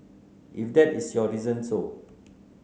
if that is your reason so